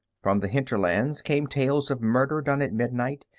from the hinterlands came tales of murder done at midnight,